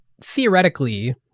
theoretically